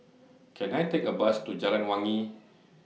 Can I Take A Bus to Jalan Wangi